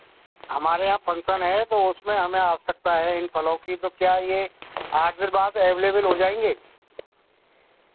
हमारे यहाँ फंक्शन है तो उसमें हमें आवश्यकता है इन फलों की तो क्या यह आठ दिन बाद एवलेिबल हो जाएँगे